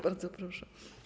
Bardzo proszę.